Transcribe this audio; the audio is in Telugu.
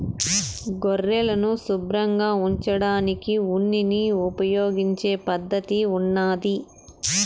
గొర్రెలను శుభ్రంగా ఉంచడానికి ఉన్నిని తొలగించే పద్ధతి ఉన్నాది